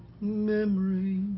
Memory